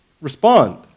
respond